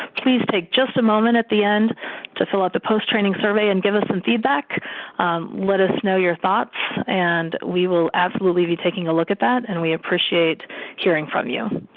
please take just a moment at the end to select a post training survey and give us um feedback lettuce know your thoughts and we will absolutely be taking a look at that and we appreciate hearing from you.